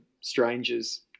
strangers